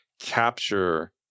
capture